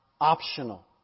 optional